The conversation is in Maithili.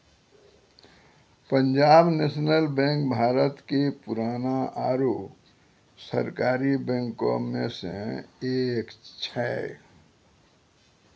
पंजाब नेशनल बैंक भारत के पुराना आरु सरकारी बैंको मे से एक छै